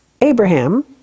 Abraham